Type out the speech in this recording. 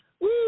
Woo